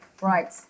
Right